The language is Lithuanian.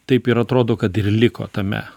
taip ir atrodo kad ir liko tame